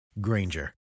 Granger